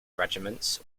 regiments